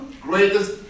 greatest